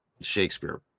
Shakespeare